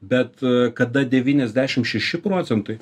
bet kada devyniasdešim šeši procentai